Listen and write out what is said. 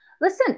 Listen